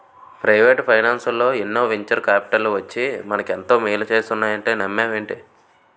Private ఫైనాన్సల్లో ఎన్నో venture కాపిటల్లు వచ్చి మనకు ఎంతో మేలు చేస్తున్నాయంటే నమ్మవేంటి?